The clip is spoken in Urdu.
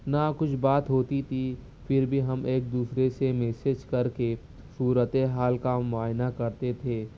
نہ کچھ بات ہوتی تھی پھر بھی ہم ایک دوسرے سے میسج کر کے صورت حال کامعائنہ کرتے تھے